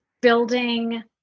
building